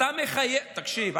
תקשיב,